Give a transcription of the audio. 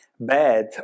bad